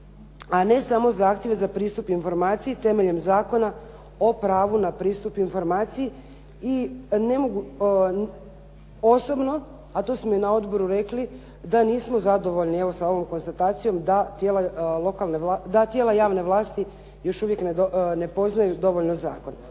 a ne samo zahtjeva za pristup informaciji temeljem Zakona o pristup na informaciji i ne mogu osobno a to smo i na odboru rekli da nismo zadovoljni evo sa ovom konstatacijom da tijela javne vlasti još uvijek ne poznaju dovoljno zakon.